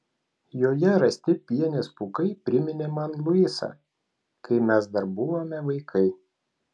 joje rasti pienės pūkai priminė man luisą kai mes dar buvome vaikai